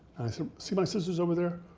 i said see my scissors over there?